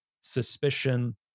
suspicion